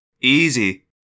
Easy